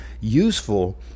useful